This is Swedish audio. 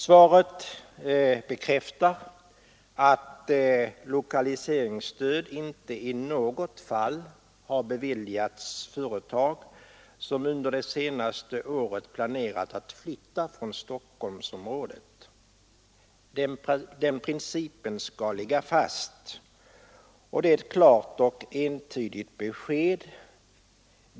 Svaret bekräftar att lokaliseringsstöd' inte i något fall har beviljats företag som under det senaste året planerat att flytta från Stockholmsområdet och att den principen skall ligga fast. Det är ett klart och entydigt besked.